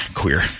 queer